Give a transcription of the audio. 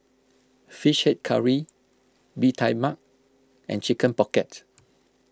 Fish Head Curry Bee Tai Mak and Chicken Pocket